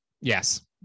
yes